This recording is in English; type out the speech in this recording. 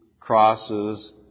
crosses